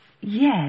yes